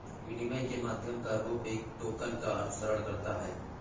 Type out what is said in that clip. विनिमय के माध्यम का रूप एक टोकन का अनुसरण करता है